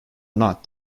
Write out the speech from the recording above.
not